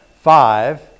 Five